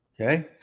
okay